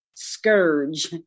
scourge